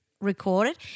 Recorded